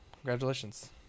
congratulations